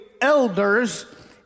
elders